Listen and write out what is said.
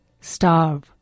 starve